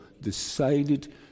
decided